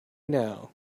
now